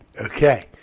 Okay